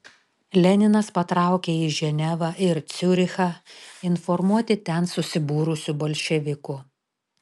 leninas patraukė į ženevą ir ciurichą informuoti ten susibūrusių bolševikų